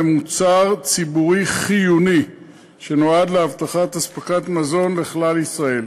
והם מוצר ציבורי חיוני שנועד להבטיח אספקת מזון לכלל ישראל.